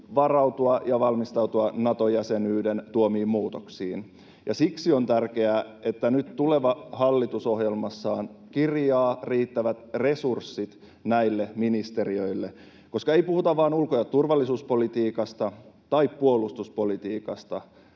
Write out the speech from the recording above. varautua ja valmistautua Nato-jäsenyyden tuomiin muutoksiin. Ja siksi on tärkeää, että tuleva hallitus nyt ohjelmassaan kirjaa riittävät resurssit näille ministeriöille, koska ei puhuta vain ulko- ja turvallisuuspolitiikasta tai puolustuspolitiikasta.